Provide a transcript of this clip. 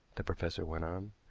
the professor went on.